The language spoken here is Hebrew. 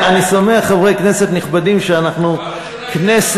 חברי כנסת נכבדים פעם ראשונה